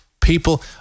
People